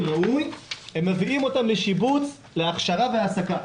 ראוי הם מעבירים אותם לשיבוץ להכשרה וההעסקה.